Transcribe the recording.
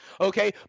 okay